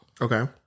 Okay